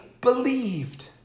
believed